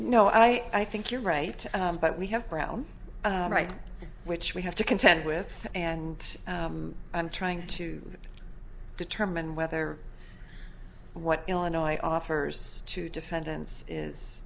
no i think you're right but we have brown right which we have to contend with and i'm trying to determine whether what illinois offers to defendants